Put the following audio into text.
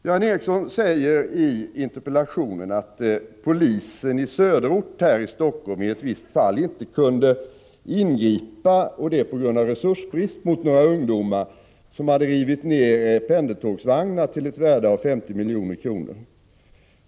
, Göran Ericsson säger i interpellationen att polisen i söderort här i Helsingforssområdet i ett visst fall på grund av resursbrist inte kunde ingripa mot några ungdomar som hade förstört pendeltågsvagnar till ett värde av 50 milj.kr.